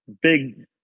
big